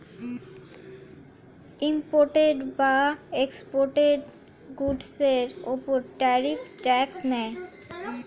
imported বা exported গুডসের উপর ট্যারিফ ট্যাক্স নেয়